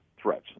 threats